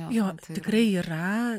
jo tikrai yra